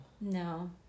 No